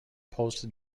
post